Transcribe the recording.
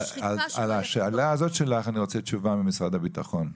על השאלה הזאת שלך אני רוצה תשובה ממשרד הביטחון.